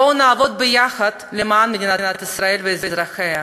בואו נעבוד ביחד למען מדינת ישראל ואזרחיה.